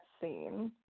scene